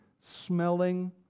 smelling